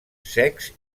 secs